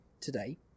today